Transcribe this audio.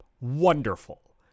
wonderful